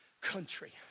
country